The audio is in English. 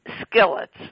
skillets